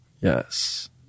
Yes